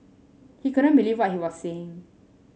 he couldn't believe what he was seeing